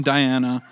Diana